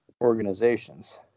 organizations